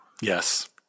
Yes